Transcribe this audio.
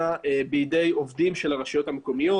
בידי עובדים של הרשויות המקומיות,